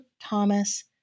Thomas